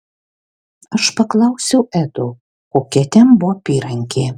aš paklausiau edo kokia ten buvo apyrankė